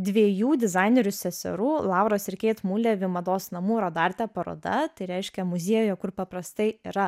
dviejų dizainerių seserų lauros ir keit mulevi mados namų rodarte paroda tai reiškia muziejuje kur paprastai yra